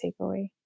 takeaway